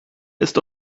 ist